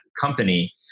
company